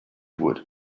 would